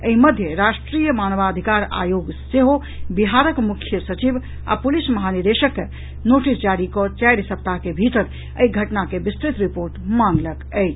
एहि मध्य राष्ट्रीय मानवाधिकार आयोग सेहो बिहारक मुख्य सचिव आ पुलिस महानिदेशक के नोटिस जारी कऽ चारि सप्ताह के भीतर एहि घटना के विस्तृत रिपोर्ट मांगलक अछि